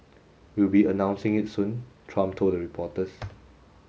we'll be announcing it soon Trump told reporters